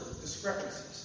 discrepancies